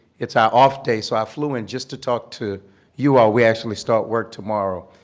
it's our off day, so i flew in just to talk to you all. we actually start work tomorrow.